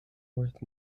worth